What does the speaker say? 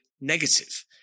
negative